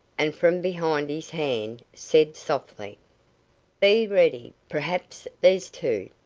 and from behind his hand, said, softly be ready, perhaps there's two.